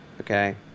okay